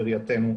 בראייתנו,